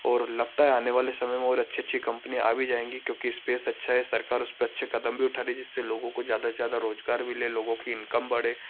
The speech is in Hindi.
और लगता है आने वाले समय में और अच्छी अच्छी कम्पनियाँ आ भी जाएँगी क्योंकि स्पेस अच्छा है सरकार उस पर अच्छे कदम भी उठा रही है जिससे लोगों को जादा से जादा रोजगार मिले लोगो की इनकम बढ़े